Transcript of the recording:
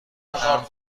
امر